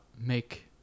make